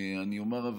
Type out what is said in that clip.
אבל אני אומר,